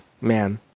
man